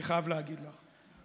אני חייב להגיד לך.